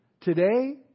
Today